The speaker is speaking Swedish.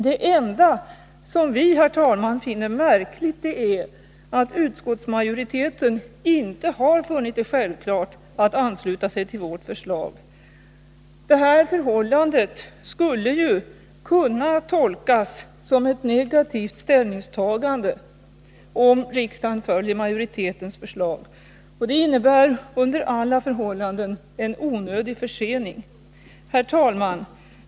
Det enda som vi, herr talman, finner märkligt är att utskottsmajoriteten inte har funnit det självklart att ansluta sig till vårt förslag. Det här förhållandet skulle ju kunna tolkas som ett negativt ställningstagande, om riksdagen följer majoritetens förslag, och det innebär under alla förhållanden en onödig försening. Herr talman!